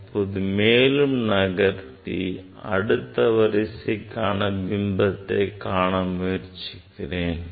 இப்போது மேலும் நகர்த்தி அடுத்த வரிசைக்கான பிம்பத்தை கண்டறிய முயற்சிக்கிறேன்